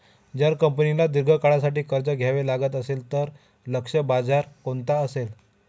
जर कंपनीला दीर्घ काळासाठी कर्ज घ्यावे लागत असेल, तर लक्ष्य बाजार कोणता असेल?